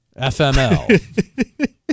FML